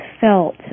felt